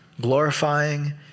glorifying